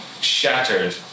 shattered